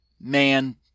man